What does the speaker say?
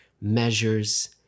measures